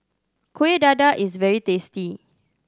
Kueh Dadar is very tasty